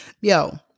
yo